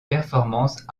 performance